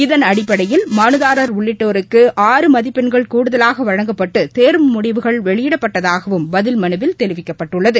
இதன் அடிப்படையில் மனுதாரர் உள்ளிட்டோருக்கு ஆறு மதிப்பெண்கள் கூடுதலாக வழங்கப்பட்டு தோ்வு முடிவுகள் வெளியிடப்பட்டதாகவும் பதில் மனுவில் தெரிவிக்கப்பட்டுள்ளது